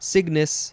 Cygnus